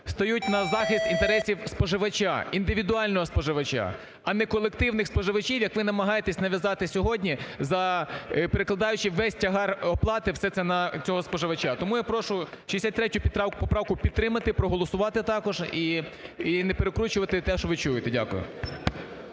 стають на захист інтересів споживача, індивідуального споживача, а не колективних споживачів як ви намагаєтесь нав'язати сьогодні за… перекладаючи весь тягар оплати, все це на цього споживача. Тому я прошу 63 поправку підтримати і проголосувати також, і не перекручувати те, що ви чуєте. Дякую.